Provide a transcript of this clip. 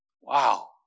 Wow